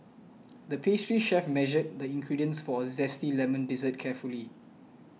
the pastry chef measured the ingredients for a Zesty Lemon Dessert carefully